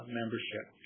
membership